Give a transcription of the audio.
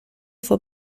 fue